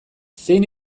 zein